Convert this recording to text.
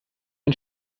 ein